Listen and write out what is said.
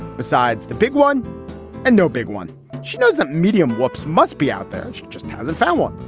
besides the big one and no big one she knows the medium wops must be out there. she just hasn't found one.